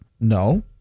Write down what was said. No